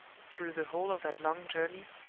through the whole of that long journey,